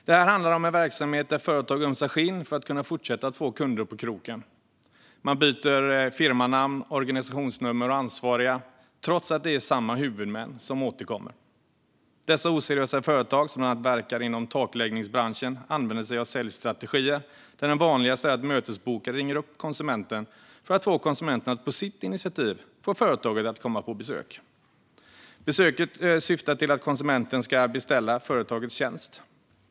Det här handlar om en verksamhet där företag ömsar skinn för att kunna fortsätta att få kunder på kroken. Man byter firmanamn, organisationsnummer och ansvariga trots att det är samma huvudmän som återkommer. Dessa oseriösa företag, som bland annat verkar inom takläggningsbranschen, använder sig av säljstrategier, där den vanligaste är att mötesbokare ringer upp konsumenten för att få konsumenten att på eget initiativ få företaget att komma på besök. Besöket syftar till att konsumenten ska beställa företagets tjänst.